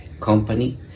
company